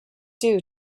due